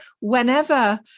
whenever